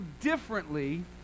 differently